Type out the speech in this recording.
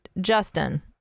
Justin